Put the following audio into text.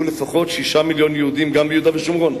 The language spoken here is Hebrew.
לפחות 6 מיליוני יהודים גם ביהודה ושומרון.